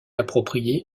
approprié